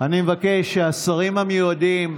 אני מבקש שהשרים המיועדים,